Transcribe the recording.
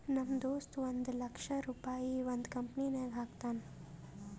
ನಮ್ ದೋಸ್ತ ಒಂದ್ ಲಕ್ಷ ರುಪಾಯಿ ಒಂದ್ ಕಂಪನಿನಾಗ್ ಹಾಕ್ಯಾನ್